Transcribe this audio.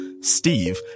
Steve